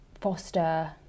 foster